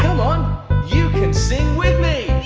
you can sing with me.